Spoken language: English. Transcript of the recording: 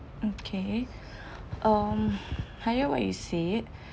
okay um I hear what you said